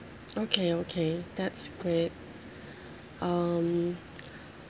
okay okay that's great um